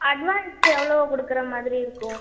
advance எவ்வளோ கொடுக்குற மாதிரி இருக்கும்